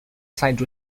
side